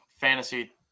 fantasy